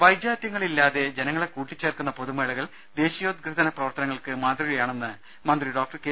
വൈജാതൃങ്ങളില്ലാതെ ജനങ്ങളെ കൂട്ടിച്ചേർക്കുന്ന പൊതുമേള കൾ ദേശീയോദ്ഗ്രഥന പ്രവർത്തനങ്ങൾക്ക് മാതൃകയാണെന്ന് മന്ത്രി ഡോക്ടർ കെ